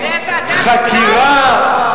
חקירה,